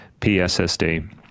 PSSD